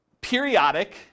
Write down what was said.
periodic